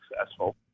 successful